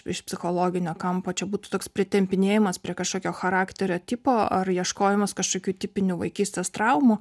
iš psichologinio kampo čia būtų toks pritempinėjimas prie kažkokio charakterio tipo ar ieškojimas kažkokių tipinių vaikystės traumų